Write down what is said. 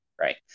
right